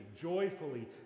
joyfully